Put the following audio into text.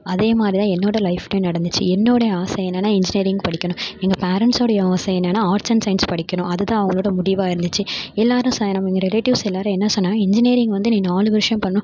அதே மாதிரி தான் என்னோடய லைஃப்லையும் நடந்துச்சு என்னோடய ஆசை என்னனா இன்ஜினியரிங்க்கு படிக்கணும் எங்கள் பேரன்ட்ஸோடைய ஆசை என்னனா ஆர்ட்ஸ் அண்ட் சைன்ஸ் படிக்கணும் அது தான் அவங்களோடய முடிவாக இருந்துச்சு எல்லோரும் ச நம்ம இங்கே ரிலேடிவ்ஸ் எல்லோரும் என்ன சொன்னாங்க இன்ஜினியரிங் வந்து நீ நாலு வர்ஷம் பண்ணணும்